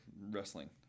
wrestling